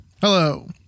Hello